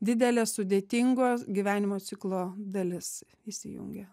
didelė sudėtingo gyvenimo ciklo dalis įsijungia